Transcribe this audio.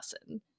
lesson